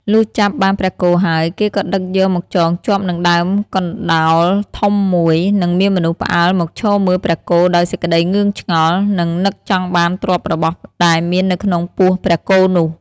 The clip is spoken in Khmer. លុះចាប់បានព្រះគោហើយ គេក៏ដឹកយកមកចងជាប់នឹងដើមកណ្ដោលធំមួយ និងមានមនុស្សផ្អើលមកឈរមើលព្រះគោដោយសេចក្ដីងឿងឆ្ងល់ និងនឹកចង់បានទ្រព្យរបស់ដែលមាននៅក្នុងពោះព្រះគោនោះ។